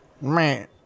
man